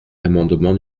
l’amendement